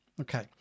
okay